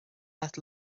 leat